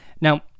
Now